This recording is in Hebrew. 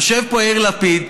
יושב פה יאיר לפיד,